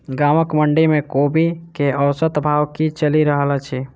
गाँवक मंडी मे कोबी केँ औसत भाव की चलि रहल अछि?